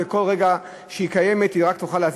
וכל רגע שהיא קיימת היא רק תוכל להזיק.